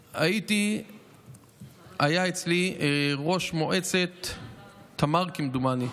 היה אצלי ראש מועצת תמר, כמדומני,